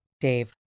Dave